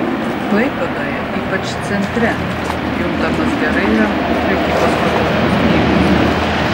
klaipėdoje ypač centre juntamas gerai įrengtų prekybos patalpų stygius